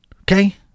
okay